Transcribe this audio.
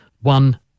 one